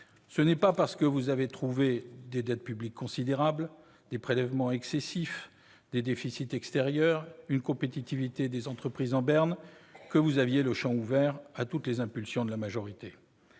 Ce n'est pas parce que vous avez trouvé des dettes publiques considérables, des prélèvements excessifs, des déficits extérieurs et une compétitivité des entreprises en berne que vous aviez le champ ouvert à toutes les impulsions de la majorité.